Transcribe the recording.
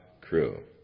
crew